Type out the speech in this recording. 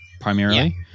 primarily